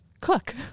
cook